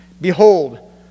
Behold